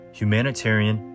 humanitarian